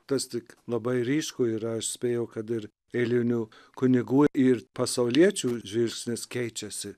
tas tik labai ryšku ir aš spėjau kad ir eilinių kunigų ir pasauliečių žingsnis keičiasi